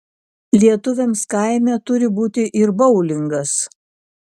lietuviams kaime turi būti ir boulingas